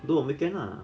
do on weekend lah